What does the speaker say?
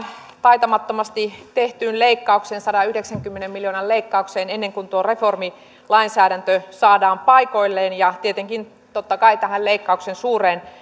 taitamattomasti tehtyyn sadanyhdeksänkymmenen miljoonan leikkaukseen ennen kuin kuin reformilainsäädäntö saadaan paikoilleen ja tietenkin totta kai leikkauksen suureen